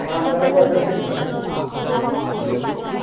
हा आपल्याला बॉयलर कशी पडते एक कोंबडी